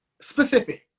specific